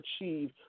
achieve